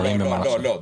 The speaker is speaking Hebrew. לא,